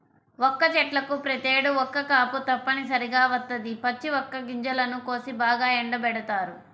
వక్క చెట్లకు ప్రతేడు ఒక్క కాపు తప్పనిసరిగా వత్తది, పచ్చి వక్క గింజలను కోసి బాగా ఎండబెడతారు